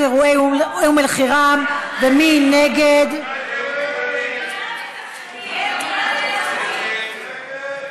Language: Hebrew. תודה רבה לשרת המשפטים.